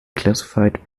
classified